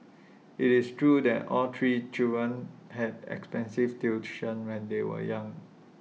IT is true that all three children had expensive tuition when they were young